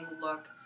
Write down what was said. look